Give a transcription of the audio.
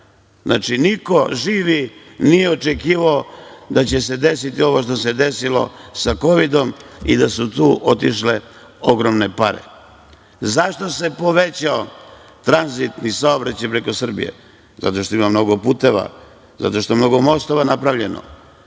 niko živ nije očekivao da će se desiti ovo što se desilo sa Kovidom i da su tu otišle ogromne pare. Zašto se povećao tranzitni saobraćaj preko Srbije? Zato što ima mnogo puteva, zato što je mnogo mostova napravljeno,